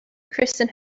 kristen